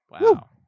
Wow